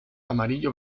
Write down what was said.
amarillo